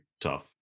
tough